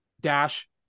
dash